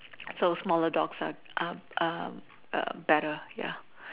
so smaller dogs are are are better ya